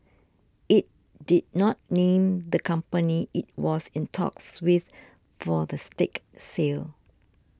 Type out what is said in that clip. it did not name the company it was in talks with for the stake sale